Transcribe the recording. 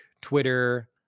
Twitter